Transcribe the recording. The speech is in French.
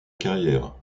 carrière